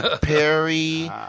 Perry